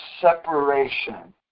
separation